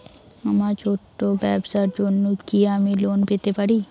আমার ছোট্ট ব্যাবসার জন্য কি আমি লোন পেতে পারি?